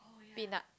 peanut